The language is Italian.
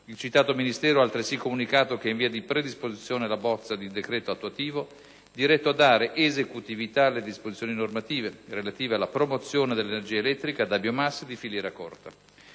Il citato Ministero ha, altresì, comunicato che è in via di predisposizione la bozza di decreto attuativo, diretto a dare esecutività alle disposizioni normative, relative alla promozione dell'energia elettrica da biomasse di filiera corta.